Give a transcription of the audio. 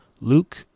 Luke